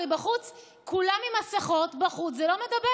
הרי בחוץ, כולם עם מסכות, בחוץ זה לא מדבק.